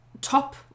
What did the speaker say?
top